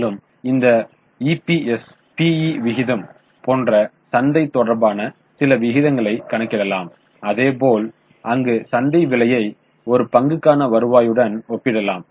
மேலும் இந்த இபிஎஸிலிருந்து பிஈ விகிதம் போன்ற சந்தை தொடர்பான சில விகிதங்கள் கணக்கிடலாம் அதேபோல் அங்கு சந்தை விலையை ஒரு பங்குக்கான வருவாயுடன் ஒப்பிடலாம்